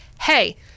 hey